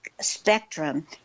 spectrum